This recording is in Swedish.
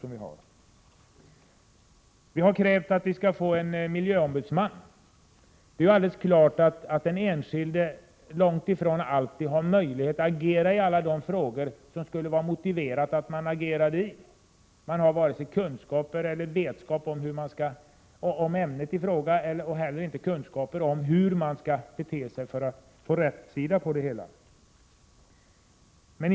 Vidare har vi krävt att det skall finnas en miljöombudsman. Det är ju alldeles klart att den enskilde långt ifrån alltid har möjlighet att agera i alla de frågor där det är motiverat att agera. Man saknar kunskaper på området. Dessutom vet man inte hur man skall bete sig för att få någon rätsida på det ena eller det andra problemet.